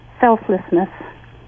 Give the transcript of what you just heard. selflessness